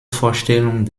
vorstellung